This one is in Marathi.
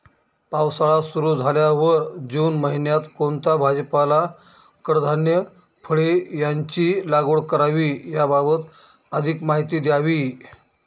पावसाळा सुरु झाल्यावर जून महिन्यात कोणता भाजीपाला, कडधान्य, फळे यांची लागवड करावी याबाबत अधिक माहिती द्यावी?